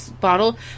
bottle